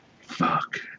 Fuck